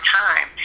time